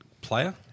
player